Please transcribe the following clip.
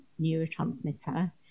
neurotransmitter